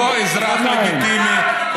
הוא לא אזרחי לגיטימי,